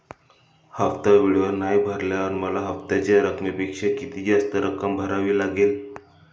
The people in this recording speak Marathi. हफ्ता वेळेवर नाही भरल्यावर मला हप्त्याच्या रकमेपेक्षा किती जास्त रक्कम भरावी लागेल?